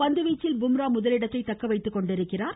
பந்து வீச்சில் பும்ரா முதலிடத்தை தக்க வைத்துக்கொண்டுள்ளார்